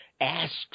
asks